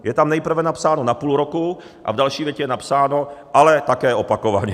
Je tam nejprve napsáno na půl roku a v další větě je napsáno ale také opakovaně.